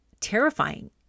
terrifying